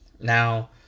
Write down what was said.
Now